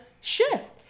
shift